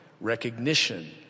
Recognition